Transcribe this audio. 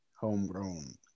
Homegrown